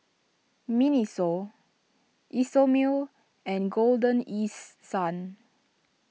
Miniso Isomil and Golden East Sun